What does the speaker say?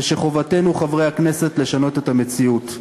ושחובתנו, חברי הכנסת, לשנות את המציאות.